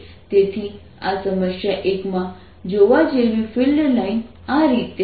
તેથી સમસ્યા 1 માં જોવા જેવી ફિલ્ડ લાઇન આ રીતે છે